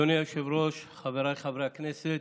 אדוני היושב-ראש, חבריי חברי הכנסת,